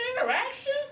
interaction